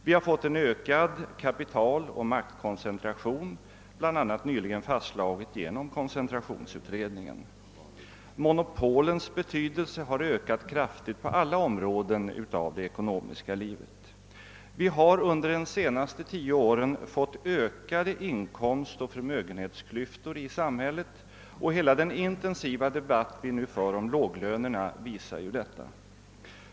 Vi har fått en ökad kapitaloch maktkoncentration, bl.a. nyligen fastslagen genom koncentrationsutredningen. Monopolens betydelse har ökat kraftigt på alla områden av det ekonomiska livet. Vi har under de senaste tio åren fått ökade inkomstoch förmögenhetsklyftor i samhället, och hela den intensiva debatt vi nu för om låglönerna visar ju detta.